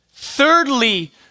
thirdly